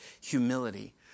humility